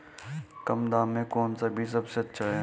कम दाम में कौन सा बीज सबसे अच्छा है?